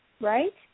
right